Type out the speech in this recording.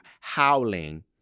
howling